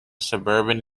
suburban